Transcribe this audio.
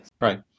Right